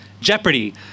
jeopardy